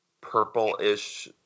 purple-ish